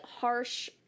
harsh